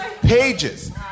pages